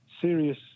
serious